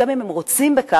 גם אם הם רוצים בכך,